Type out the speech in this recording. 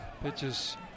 Pitches